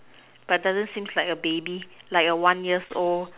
but doesn't seems like a baby like a one years old